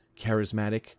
charismatic